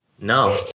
No